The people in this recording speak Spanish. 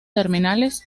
terminales